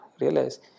realize